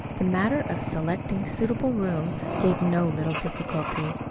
the matter of selecting suitable room gave no little difficulty.